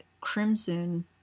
crimson